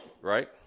right